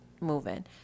moving